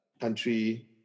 country